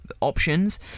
options